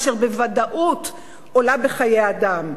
אשר בוודאות עולה בחיי אדם?